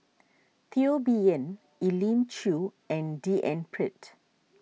Teo Bee Yen Elim Chew and D N Pritt